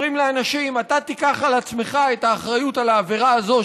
אומרים לאנשים: אתה תיקח על עצמך את האחריות על העבירה הזאת,